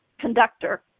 Conductor